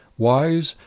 wise,